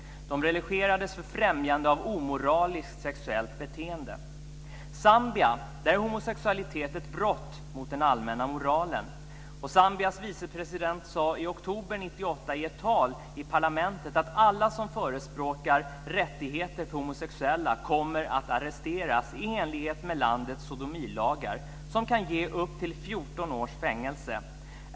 De relegerades för främjande av omoraliskt sexuellt beteende. I Zambia är homosexualitet ett brott mot den allmänna moralen. Zambias vicepresident sade i oktober 1998 i ett tal i parlamentet att alla som förespråkar rättigheter för homosexuella kommer att arresteras i enlighet med landets sodomilagar, som kan ge upp till 14 års fängelse.